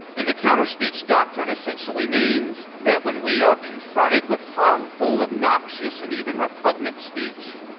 and the counter-speech doctrine essentially means that when we are confronted with harmful, obnoxious, and even repugnant speech,